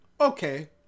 Okay